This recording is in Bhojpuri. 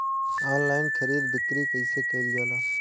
आनलाइन खरीद बिक्री कइसे कइल जाला?